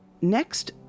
Next